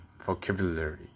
vocabulary